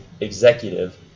executive